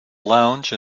lounge